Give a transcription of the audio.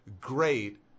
great